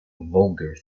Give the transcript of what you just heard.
vulgar